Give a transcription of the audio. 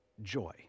joy